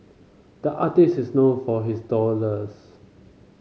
the artist is known for his